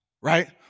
Right